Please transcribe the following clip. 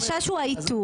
החשש הוא העיתוי,